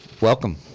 welcome